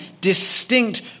distinct